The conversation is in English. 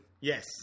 Yes